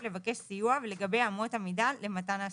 לבקש סיוע ולגבי אמות המידה למתן הסיוע.